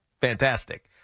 fantastic